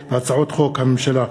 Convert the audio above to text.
הממשלה,